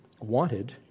wanted